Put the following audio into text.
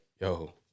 yo